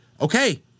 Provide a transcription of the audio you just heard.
okay